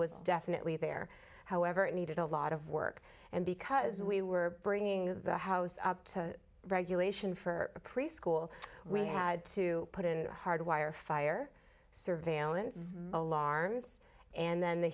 was definitely there however it needed a lot of work and because we were bringing the house to regulation for a preschool we had to put in a hardwire fire surveillance valar and then the